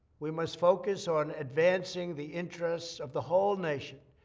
we must focus on advancing the interests of the whole nation.